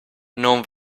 non